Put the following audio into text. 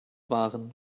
waren